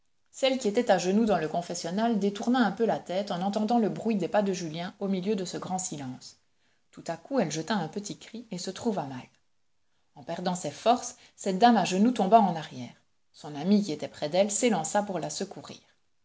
celle qui était à genoux dans le confessionnal détourna un peu la tête en entendant le bruit des pas de julien au milieu de ce grand silence tout à coup elle jeta un petit cri et se trouva mal en perdant ses forces cette dame à genoux tomba en arrière son amie qui était près d'elle s'élança pour la secourir